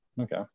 Okay